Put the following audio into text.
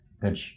good